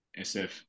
SF